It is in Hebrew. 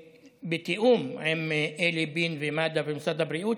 בתיאום עם אלי בין ומד"א ומשרד הבריאות,